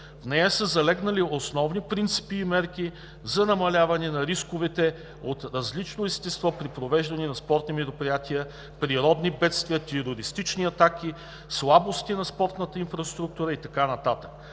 В нея са залегнали основни принципи и мерки за намаляване на рисковете от различно естество при провеждане на спортни мероприятия, природни бедствия, терористични атаки, слабости на спортната инфраструктура и така